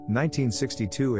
1962